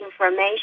information